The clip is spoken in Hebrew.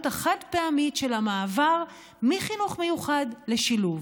החד-פעמית של המעבר מחינוך מיוחד לשילוב.